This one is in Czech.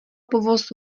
povoz